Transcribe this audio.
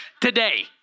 today